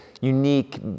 unique